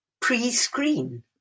pre-screen